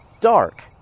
dark